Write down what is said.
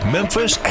Memphis